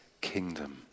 kingdom